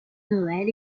noël